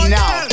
now